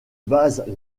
base